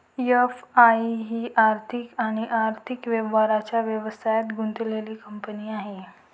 FI I आर्थिक आणि आर्थिक व्यवहारांच्या व्यवसायात गुंतलेली कंपनी आहे